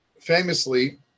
famously